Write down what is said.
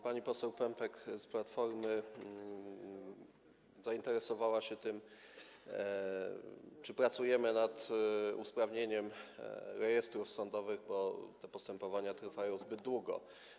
Pani poseł Pępek z Platformy zainteresowała się tym, czy pracujemy nad usprawnieniem rejestrów sądowych, bo postępowania trwają zbyt długo.